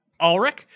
Ulrich